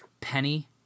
Penny